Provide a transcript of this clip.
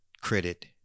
credit